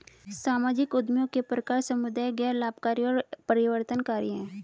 सामाजिक उद्यमियों के प्रकार समुदाय, गैर लाभकारी और परिवर्तनकारी हैं